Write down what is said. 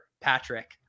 Patrick